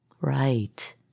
Right